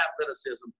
athleticism